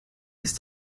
ist